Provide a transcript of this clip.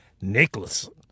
Nicholson